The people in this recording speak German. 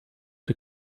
der